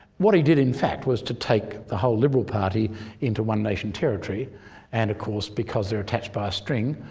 what he did in fact was to take the whole liberal party into one nation territory and, of course, because they're attached by a string,